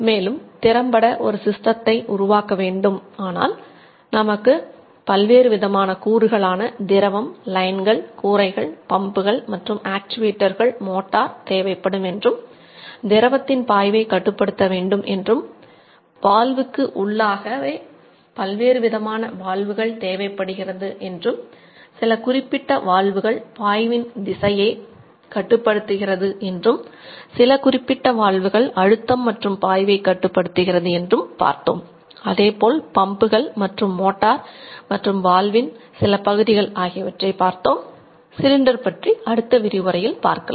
மேலும் திறம்பட ஒரு சிஸ்டத்தை உருவாக்க வேண்டுமானால் நமக்கு பல்வேறு விதமான கூறுகளான பற்றி அடுத்த விரிவுரையில் பார்க்க உள்ளோம்